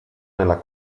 nella